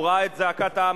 הוא ראה את זעקת העם,